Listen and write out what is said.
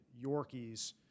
Yorkies